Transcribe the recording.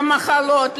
למחלות,